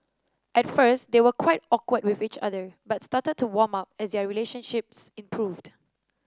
at first they were quite awkward with each other but started to warm up as their relationships improved